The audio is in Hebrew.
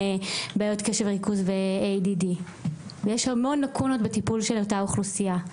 בעיות קשב וריכוז ו-ADD ויש המון לקונות בטיפול של אותה אוכלוסייה.